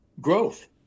growth